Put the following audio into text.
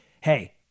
hey